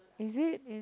is it is